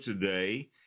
today